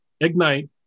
Ignite